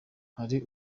hari